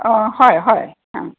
অঁ হয় হয় অঁ